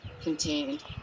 contained